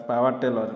power tiller